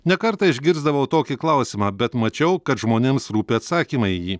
ne kartą išgirsdavau tokį klausimą bet mačiau kad žmonėms rūpi atsakymai į jį